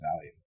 value